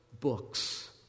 books